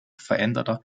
veränderter